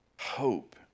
hope